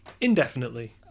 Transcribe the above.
Indefinitely